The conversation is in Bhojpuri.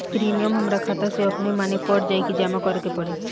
प्रीमियम हमरा खाता से अपने माने कट जाई की जमा करे के पड़ी?